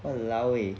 !walao! eh